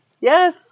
Yes